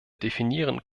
definieren